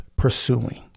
Pursuing